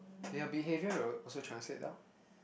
then your behaviour will also translate loh